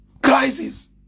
crisis